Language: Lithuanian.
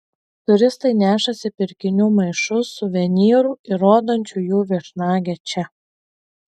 turistai nešasi pirkinių maišus suvenyrų įrodančių jų viešnagę čia